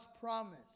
promise